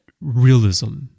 realism